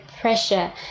pressure